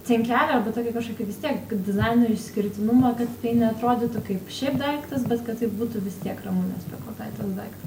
cinkelio arba tokio kažkokio vis tiek dizaino išskirtinumo kad tai neatrodytų kaip šiaip daiktas bet kad tai būtų vis tiek ramunės piekautaitės daiktas